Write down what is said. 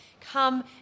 come